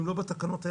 אם לא בתקנות האלה,